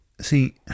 See